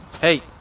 Hey